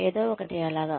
ఏదో ఒకటి అలాగ